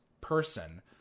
person